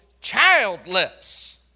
childless